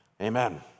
amen